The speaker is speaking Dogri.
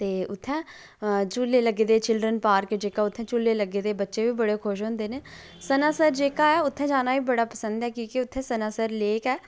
ते उत्थै झूले लग्गे दे चिल्डरन पार्क ऐ उत्थै झूले लग्गे दे बच्चे बी बड़े खुश होंदे न सनासर जेह्का ऐ उत्थै जाना बी बड़ा पसंद ऐ की के उत्थै सनासर लेक ऐ